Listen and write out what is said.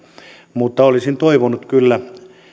mutta olisin toivonut kyllä